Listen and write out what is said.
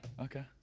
Okay